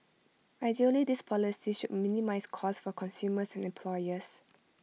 ideally these policies minimise cost for consumers and employers